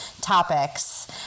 topics